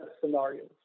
scenarios